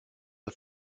the